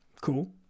cool